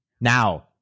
Now